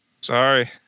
sorry